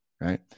right